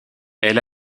elle